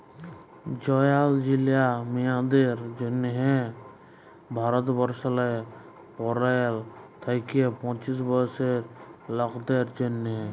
জয়াল ছিলা মিঁয়াদের জ্যনহে ভারতবর্ষলে পলের থ্যাইকে পঁচিশ বয়েসের লকদের জ্যনহে